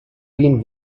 been